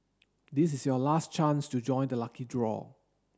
this is your last chance to join the lucky draw